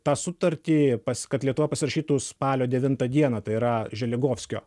tą sutartį pas kad lietuva pasirašytų spalio devintą dieną tai yra želigovskio